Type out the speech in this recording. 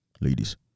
ladies